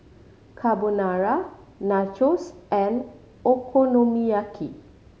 Carbonara Nachos and Okonomiyaki